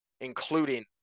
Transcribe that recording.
including